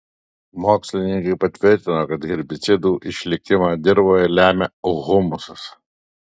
mokslininkai patvirtino kad herbicidų išlikimą dirvoje lemia humusas